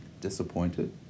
Disappointed